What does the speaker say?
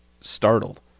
startled